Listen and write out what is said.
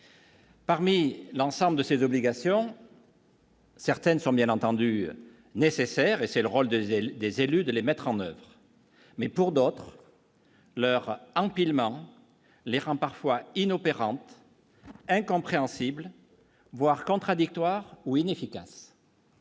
Parmi l'ensemble de ses obligations. Certaines sont bien entendu nécessaires et c'est le rôle de Viel, des élus, de les mettre en oeuvre, mais pour d'autres leur empilement, les laissant parfois inopérante incompréhensible, voire contradictoires ou inefficaces.